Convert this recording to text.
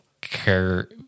care